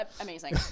amazing